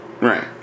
Right